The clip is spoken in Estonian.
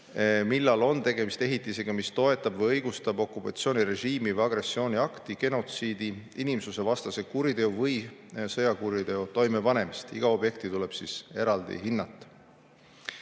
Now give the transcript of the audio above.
millal on tegemist ehitisega, mis toetab või õigustab okupatsioonirežiimi või agressiooniakti, genotsiidi, inimsusevastase kuriteo või sõjakuriteo toimepanemist. Iga objekti tuleb hinnata